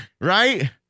right